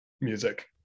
music